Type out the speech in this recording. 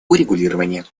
урегулирования